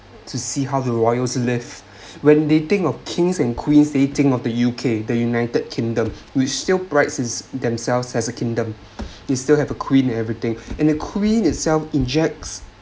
to see how the royals live when they think of kings and queens they think of the U_K the united kingdom we still pride themselves as a kingdom they still have a queen and everything and the queen itself injects